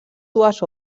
dues